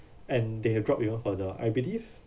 and they drop even further I believe